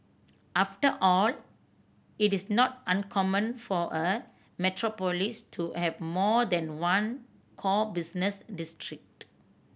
after all it is not uncommon for a metropolis to have more than one core business district